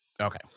Okay